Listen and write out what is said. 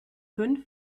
fünf